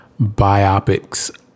biopics